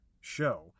show